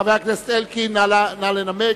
חבר הכנסת אלקין, נא לנמק.